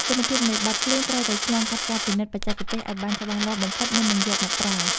គុណភាពនៃបទភ្លេងត្រូវតែឆ្លងកាត់ការពិនិត្យបច្ចេកទេសឱ្យបានច្បាស់លាស់បំផុតមុននឹងយកមកប្រើ។